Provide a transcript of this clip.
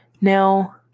Now